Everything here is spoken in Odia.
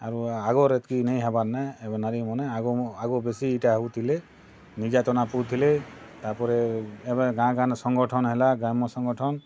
ଆରୁ ଆଗର୍ ଏତକି ନାଇଁ ହେବାର୍ ନେଁ ଏବେ ନାରୀ ମାନେ ଆଗନୁ ଆଗ ବେଶୀ ଇଟା ହେଉଥିଲେ ନିର୍ଯାତନା ପୁଥିଲେ ତା'ପରେ ଏବେ ଗାଁ ଗାଁନେ ସଂଗଠନ୍ ହେଲା ଗ୍ରାମ ସଂଗଠନ୍